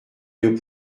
une